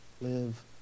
live